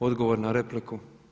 Odgovor na repliku.